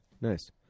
Nice